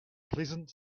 pleasant